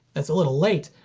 it's a little late,